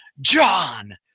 John